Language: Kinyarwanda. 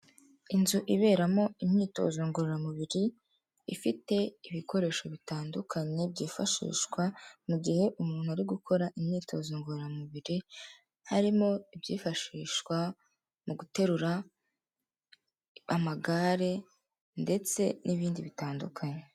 Inzu iberamo imyitozo ngororamubiri ifite ibikoresho bitandukanye byifashishwa mu gihe umuntu ari gukora imyitozo ngororamubiri, harimo ibyifashishwa mu guterura, amagare ndetse n'ibindi bitandukanye.